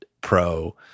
Pro